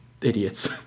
idiots